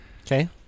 Okay